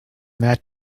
that